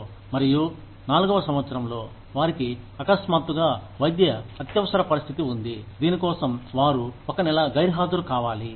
మరియు నాలుగవ సంవత్సరంలో వారికి అకస్మాత్తుగా వైద్య అత్యవసర పరిస్థితి ఉంది దీనికోసం వారు ఒక నెల గైర్హాజరు కావాలి